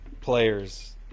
players